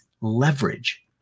leverage